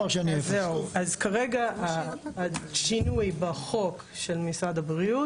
כרגע השינוי בחוק של משרד הבריאות